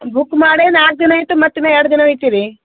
book ಮಾಡೇ ನಾಲ್ಕು ದಿನ ಆಯ್ತು ಮತ್ತೆ ಇನ್ನೂ ಎರ್ಡು ದಿನ ಒಯ್ತೀರಾ